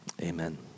Amen